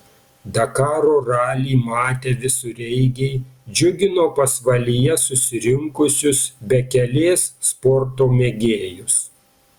dakaro ralį matę visureigiai džiugino pasvalyje susirinkusius bekelės sporto mėgėjus